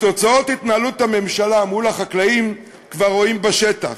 את תוצאות התנהלות הממשלה מול החקלאים כבר רואים בשטח: